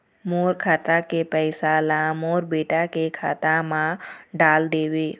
मोर खाता के पैसा ला मोर बेटा के खाता मा डाल देव?